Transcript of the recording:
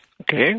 Okay